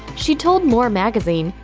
she told more magazine,